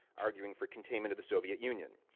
arguing for containment of the soviet union.